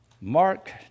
Mark